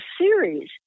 series